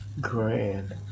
grand